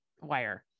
wire